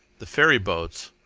the ferry boats,